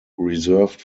reserved